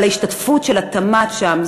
אבל ההשתתפות של התמ"ת שם,